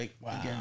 Wow